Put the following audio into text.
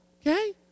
Okay